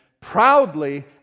proudly